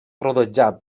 rodejat